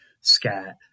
Scat